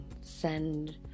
send